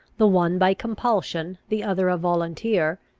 the one by compulsion, the other a volunteer,